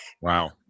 wow